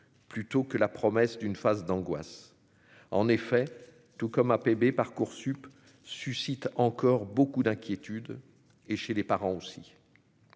plutôt que la promesse d'une phase d'angoisse en effet tout comme APB Parcoursup suscite encore beaucoup d'inquiétudes et chez les parents aussi